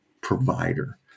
provider